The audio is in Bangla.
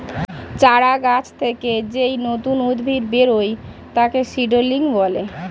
চারা গাছ থেকে যেই নতুন উদ্ভিদ বেরোয় তাকে সিডলিং বলে